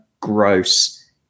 Gross